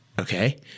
okay